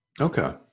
okay